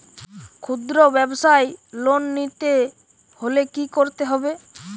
খুদ্রব্যাবসায় লোন নিতে হলে কি করতে হবে?